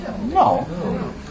No